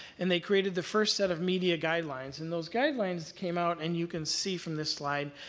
and they created the first set of media guidelines. and those guidelines came out, and you can see from this slide,